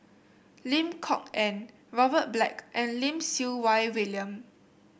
Lim Kok Ann Robert Black and Lim Siew Wai William